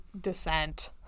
descent